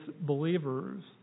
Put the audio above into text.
believers